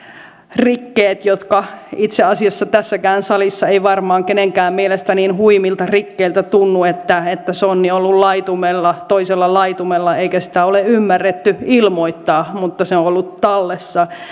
rikkeistä jotka itse asiassa tässäkään salissa eivät varmaan kenenkään mielestä niin huimilta rikkeiltä tunnu että että sonni on ollut toisella laitumella eikä sitä ole ymmärretty ilmoittaa mutta se on ollut tallessa